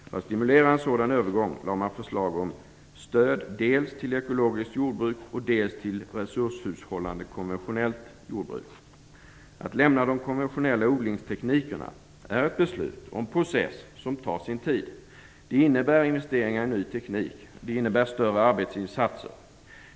För att stimulera till en sådan övergång lade man fram förslag om stöd dels till ekologiskt jordbruk, dels till resurshushållande konventionellt jordbruk. Att lämna de konventionella odlingsteknikerna är ett beslut och en process som tar sin tid. Det innebär investeringar i ny teknik, och det innebär större arbetsinsatser.